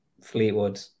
Fleetwood